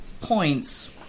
points